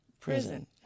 Prison